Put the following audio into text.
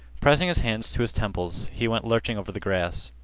pressing his hands to his temples he went lurching over the grass.